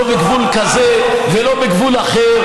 לא בגבול כזה ולא בגבול אחר.